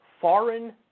foreign